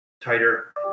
tighter